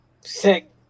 Sick